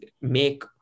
make